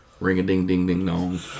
ring-a-ding-ding-ding-dong